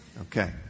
Okay